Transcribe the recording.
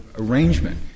arrangement